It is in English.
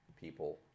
people